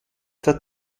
der